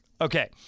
Okay